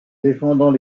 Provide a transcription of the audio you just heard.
défendant